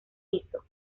hizo